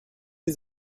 die